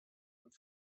und